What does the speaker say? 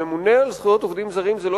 הממונה על זכויות עובדים זרים זה לא